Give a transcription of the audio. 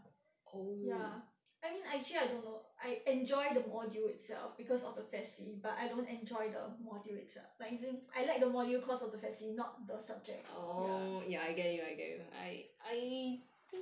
ya I mean I actually I don't know I enjoy the module itself because of the fact but I don't enjoy the module is err as in I like the module cause of the fact not the subject ya